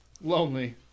Lonely